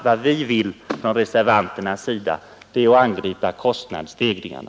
Vad vi reservanter vill är att angripa kostnadsstegringarnas grunder och därmed på allvar bekämpa prishöjningarna.